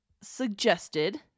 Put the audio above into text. suggested